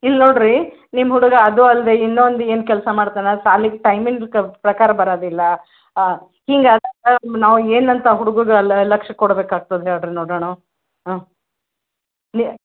ಇಲ್ಲಿ ನೋಡಿ ರೀ ನಿಮ್ಮ ಹುಡುಗ ಅದು ಅಲ್ಲದೆ ಇನ್ನೊಂದು ಏನು ಕೆಲಸ ಮಾಡ್ತನೆ ಶಾಲಿಗೆ ಟೈಮಿಂದಕೆ ಪ್ರಕಾರ ಬರೋದಿಲ್ಲ ಹಿಂಗಾದ್ರೆ ನಾವು ಏನಂತ ಹುಡುಗುಗೆ ಅಲ್ಲಿ ಲಕ್ಷ್ಯ ಕೊಡ್ಬೇಕಾಗ್ತದೆ ಹೇಳ್ರಿ ನೋಡೊಣ ಹಾಂ ಲೆ